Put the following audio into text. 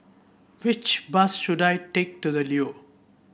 which bus should I take to The Leo